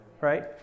Right